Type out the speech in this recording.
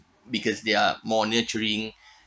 because they're more nurturing